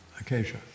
acacia